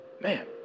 Man